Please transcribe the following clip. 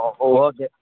ఓ okay